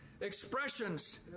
expressions